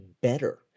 better